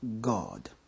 God